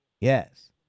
Yes